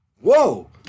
whoa